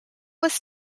was